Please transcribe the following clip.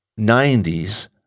90s